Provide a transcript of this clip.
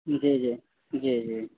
جی جی جی جی